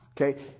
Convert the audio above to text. Okay